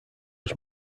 was